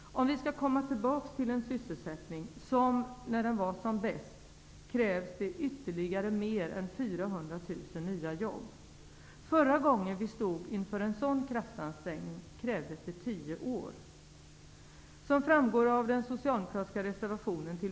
Om vi skall komma tillbaka till samma sysselsättningsnivå som när den var som bäst, krävs ytterligare mer än 400 000 nya jobb. Förra gången vi stod inför en sådan kraftansträngning tog det 10 år.